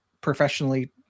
professionally